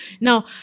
Now